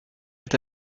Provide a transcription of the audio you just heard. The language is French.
est